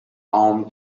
home